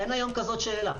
אין היום כזאת שאלה.